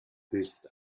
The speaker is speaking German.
höchst